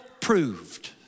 proved